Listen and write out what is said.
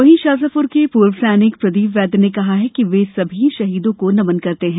वहीं शाजापुर के पूर्व सैनिक प्रदीप वैद्य ने कहा कि वे सभी शहीदों को नमन करते हैं